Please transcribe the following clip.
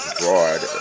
broad